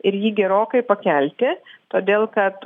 ir jį gerokai pakelti todėl kad